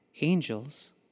angels